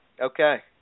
Okay